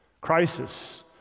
Crisis